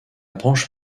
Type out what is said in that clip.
branche